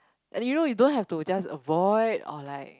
like you know you don't have to just avoid or like